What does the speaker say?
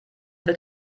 wird